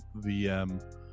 VM